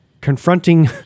confronting